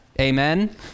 Amen